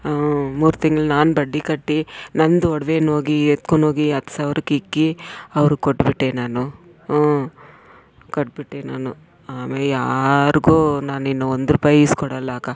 ಹಾಂ ಮೂರು ತಿಂಗ್ಳು ನಾನು ಬಡ್ಡಿ ಕಟ್ಟಿ ನಂದು ಒಡವೇನೋಗಿ ಎತ್ಕೊಂಡೋಗಿ ಹತ್ತು ಸಾವಿರಕ್ಕಿಕ್ಕಿ ಅವ್ರಿಗೆ ಕೊಟ್ಬಿಟ್ಟೆ ನಾನು ಹ್ಞೂ ಕೊಟ್ಬಿಟ್ಟೆ ನಾನು ಆಮೇಲೆ ಯಾರಿಗೂ ನಾನಿನ್ನು ಒಂದು ರೂಪಾಯಿ ಈಸ್ಕೊಡಲ್ಲ ಅಕ್ಕ